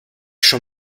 schon